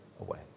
away